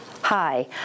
Hi